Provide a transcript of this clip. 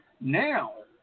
now